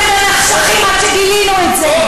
פעלתם במחשכים עד שגילינו את זה.